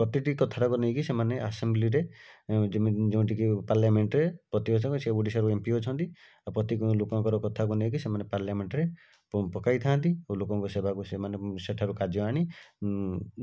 ପ୍ରତିଟି କଥାଟାକୁ ନେଇ ସେମାନେ ଆସେମ୍ବିଲିରେ ଯେମିତିକି ପାର୍ଲାମେଣ୍ଟରେ ପ୍ରତିବାଚକ ସେ ଓଡ଼ିଶାରୁ ଏମପି ଅଛନ୍ତି ଆଉ ପ୍ରତି ଲୋକଙ୍କର କଥାକୁ ନେଇକି ସେମାନେ ପାର୍ଲାମେଣ୍ଟରେ ପକାଇଥାନ୍ତି ଓ ଲୋକଙ୍କ ସେବାକୁ ସେମାନେ ସେଠାକୁ କାର୍ଯ୍ୟ ଆଣି